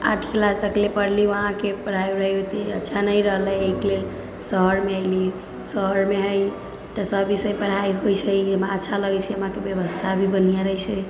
आठ क्लास तकले पढ़ली वहाँके पढ़ाइ उढ़ाइ ओतेक अच्छा नहि रहलै एहिके लेल शहरमे अएली शहरमे हइ तऽ सब विषय पढ़ाइ होइ छै एहिमे अच्छा लगै छै वहाँके बेबस्था भी बढ़िआँ रहै छै